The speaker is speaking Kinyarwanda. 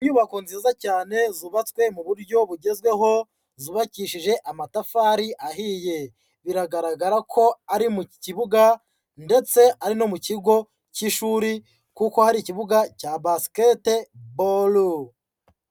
Inyubako nziza cyane zubatswe mu buryo bugezweho, zubabakishije amatafari ahiye, biragaragara ko ari mu kibuga ndetse ari no mu kigo cy'ishuri kuko hari ikibuga cya basketiboro.